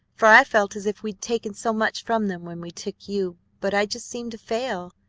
for i felt as if we'd taken so much from them when we took you but i just seemed to fail,